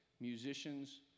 musicians